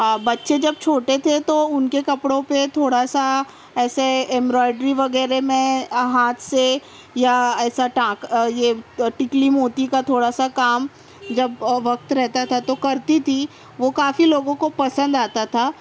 بچے جب چھوٹے تھے تو ان کے کپڑوں پے تھوڑا سا ایسے ایمبرائڈری وغیرہ میں ہاتھ سے یا ایسا ٹانک یہ ٹکلی موتی کا تھوڑا سا کام جب وقت رہتا تو کرتی تھی وہ کافی لوگوں کو پسند آتا تھا